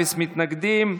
אפס מתנגדים.